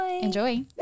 Enjoy